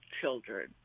children